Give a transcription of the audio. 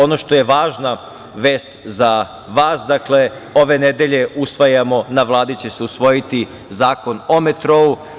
Ono što je važna vest za vas jeste da ove nedelje usvajamo, na Vladi će se usvojiti zakon o metrou.